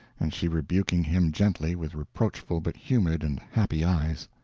and she rebuking him gently with reproachful but humid and happy eyes.